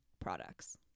products